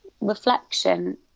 reflection